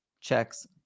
checks